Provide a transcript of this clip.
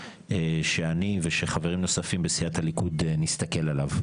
שאני וחברים נוספים בסיעת הליכוד נסתכל עליו.